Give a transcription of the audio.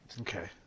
Okay